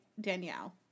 Danielle